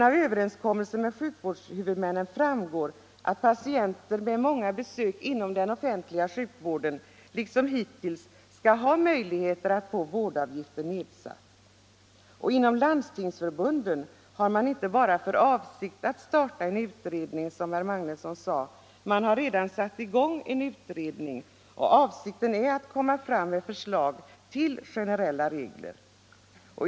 Av överenskommelsen med sjukvårdshuvudmännen framgår att patienter med många besök inom den offentliga sjukvården liksom hittills skall ha möjlighet att få vårdavgiften nedsatt. Inom Landstingsförbundet har man inte bara för avsikt att starta en utredning, som herr Magnusson sade, utan man har redan satt i gång en utredning, och avsikten är att komma fram med förslag till generella regler.